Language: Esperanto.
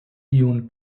iun